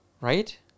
Right